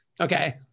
okay